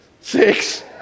six